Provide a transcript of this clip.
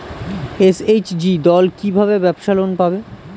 SHG দল কী ভাবে ব্যাবসা লোন পাবে?